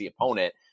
opponent